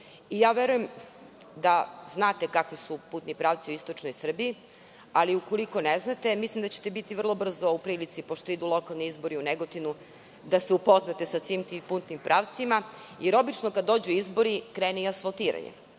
Verujem da znate kakvi su putni pravci u istočnoj Srbiji, ali ukoliko ne znate, mislim da ćete biti vrlo brzo u prilici, pošto idu lokalni izbori u Negotinu, da se upoznate sa svim tim putnim pravcima, jer obično kada dođu izboru krene i asfaltiranje.